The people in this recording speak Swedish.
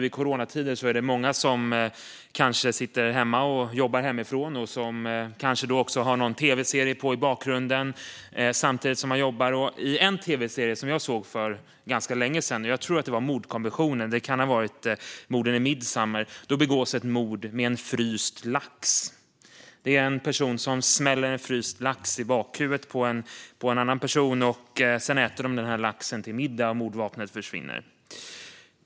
I coronatider är det många som jobbar hemifrån och som kanske har en tv-serie på i bakgrunden samtidigt som de jobbar. I en tv-serie som jag såg för ganska länge sedan - jag tror att det var Mordkommissionen , men det kan också ha varit Morden i Midsomer - begås ett mord med en fryst lax. En person smäller en fryst lax i bakhuvudet på en annan person. Sedan äter de laxen till middag, och mordvapnet försvinner.